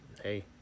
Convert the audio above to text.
Hey